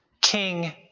King